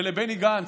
לבני גנץ,